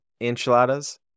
enchiladas